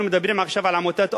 אנחנו מדברים עכשיו על עמותת "אומץ",